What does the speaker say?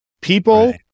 People